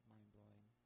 Mind-blowing